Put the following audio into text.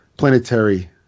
Planetary